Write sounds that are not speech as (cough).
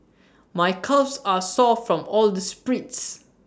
(noise) my calves are sore from all the sprints